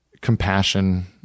compassion